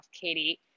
Katie